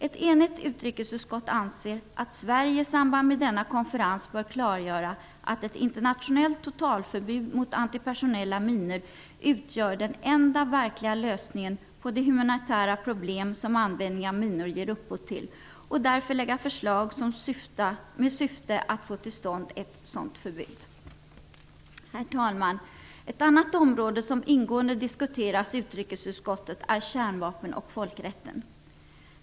Ett enigt utrikesutskott anser att Sverige i samband med denna konferens bör klargöra att ett internationellt totalförbud mot antipersonella minor utgör den enda verkliga lösningen på de humanitära problem som användningen av minor ger upphov till och därför lägga fram förslag i syfte att få till stånd ett sådant förbud. Herr talman! Ett annat område som ingående har diskuterats i utrikesutskottet är kärnvapen och folkrätten.